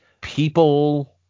people